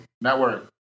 Network